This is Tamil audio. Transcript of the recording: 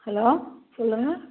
ஹலோ சொல்லுங்கள்